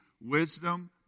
wisdom